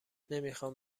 نمیخوام